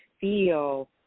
feel